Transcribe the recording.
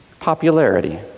popularity